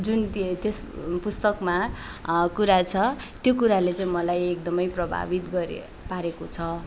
जुन त्यो त्यस पुस्तकमा कुरा छ त्यो कुराले चाहिँ मलाई एकदमै प्रभावित गरे पारेको छ